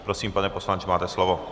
Prosím, pane poslanče, máte slovo.